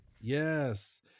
Yes